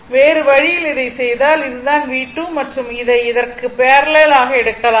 வேறு வழியில் இதைச் செய்தால் இது தான் V2 மற்றும் அதை இதற்கு பேரலல் ஆக எடுக்கலாம்